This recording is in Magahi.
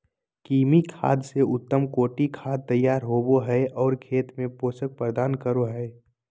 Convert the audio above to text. कृमि खाद से उत्तम कोटि खाद तैयार होबो हइ और खेत में पोषक प्रदान करो हइ